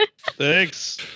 Thanks